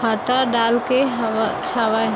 फाटा डालके छावय